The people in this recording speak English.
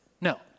No